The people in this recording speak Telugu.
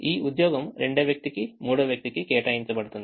ఈ ఉద్యోగం రెండవ వ్యక్తికి మూడవ వ్యక్తికి కేటాయించబడుతుంది